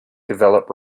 develop